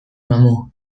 mamu